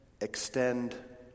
Extend